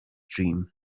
dream